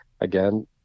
again